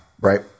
right